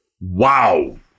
Wow